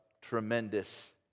tremendous